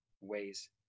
ways